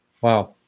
Wow